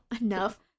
Enough